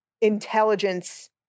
intelligence